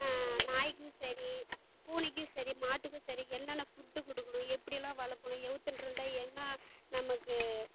நாய்க்கும் சரி பூனைக்கும் சரி மாட்டுக்கும் சரி என்னென்ன ஃபுட் கொடுக்கணும் எப்படியெல்லாம் வளர்க்கணும் யூத்ன்றத்ருந்தால் என்ன நமக்கு